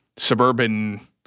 suburban